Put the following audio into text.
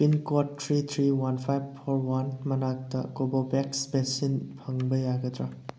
pin code three three one five four one ꯃꯅꯥꯛꯇ Covovax vaccine ꯐꯪꯕ ꯌꯥꯒꯗ꯭ꯔꯥ